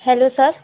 hello sir